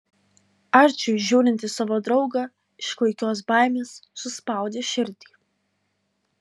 arčiui žiūrint į savo draugą iš klaikios baimės suspaudė širdį